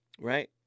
Right